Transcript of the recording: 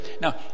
Now